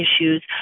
issues